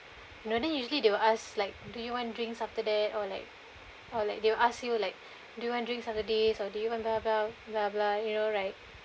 no then usually they will ask like do you want drinks after that or like they will ask you like do you want drinks of the day or do you want blah blah blah blah you know right